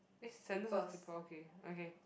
eh sandals or slippers okay okay